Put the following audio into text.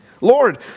Lord